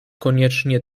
koniecznie